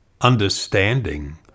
understanding